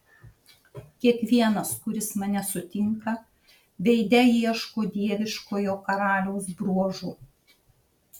kiekvienas kuris mane sutinka veide ieško dieviškojo karaliaus bruožų